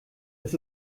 das